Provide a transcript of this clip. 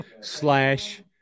slash